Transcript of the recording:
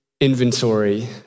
inventory